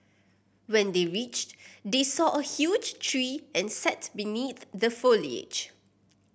when they reached they saw a huge tree and sat beneath the foliage